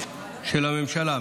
של הממשלה,